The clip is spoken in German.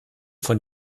von